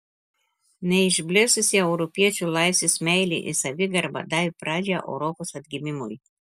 neišblėsusi europiečių laisvės meilė ir savigarba davė pradžią europos atgimimui